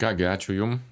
ką gi ačiū jum